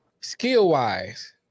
skill-wise